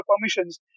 permissions